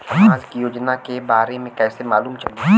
समाज के योजना के बारे में कैसे मालूम चली?